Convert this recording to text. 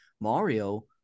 Mario